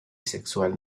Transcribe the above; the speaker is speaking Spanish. sexual